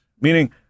meaning